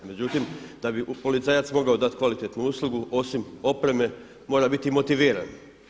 Međutim da bi policajac mogao dati kvalitetnu uslugu osim opreme mora biti motiviran.